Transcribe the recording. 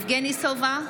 יבגני סובה,